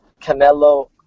Canelo